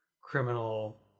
criminal